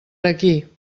aquí